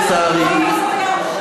לצערי,